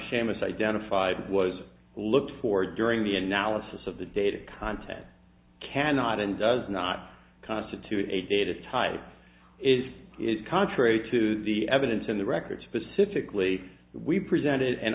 seamus identified was looked for during the analysis of the data content cannot and does not constitute a data type is it contrary to the evidence in the record specifically we presented and